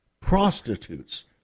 Prostitutes